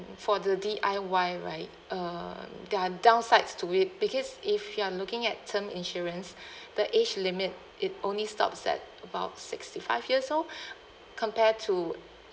for the D_I_Y right uh there are downsides to it because if you're looking at term insurance the age limit it only stops at about sixty five years old compare to